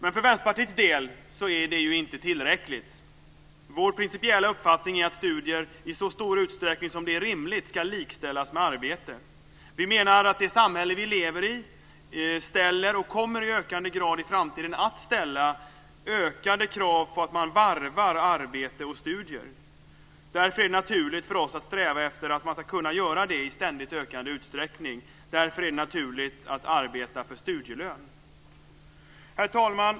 Men för Vänsterpartiets del är detta inte tillräckligt. Vår principiella uppfattning är att studier i så stor utsträckning som det är rimligt ska likställas med arbete. Vi menar att det samhälle vi lever i ställer, och kommer i ökande grad i framtiden att ställa, ökade krav på att man varvar arbete och studier. Därför är det naturligt för oss att sträva efter att man ska kunna göra det i ständigt ökande utsträckning. Därför är det naturligt att arbeta för studielön. Herr talman!